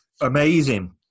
Amazing